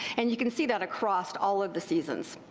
and you can see that across all of the seasons.